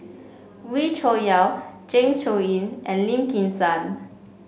Wee Cho Yaw Zeng Shouyin and Lim Kim San